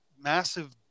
massive